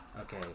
Okay